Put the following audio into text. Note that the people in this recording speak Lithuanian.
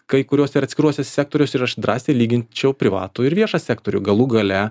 kai kuriuose ir atskiruose sektoriuose ir aš drąsiai lyginčiau privatų ir viešą sektorių galų gale